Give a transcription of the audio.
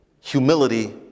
humility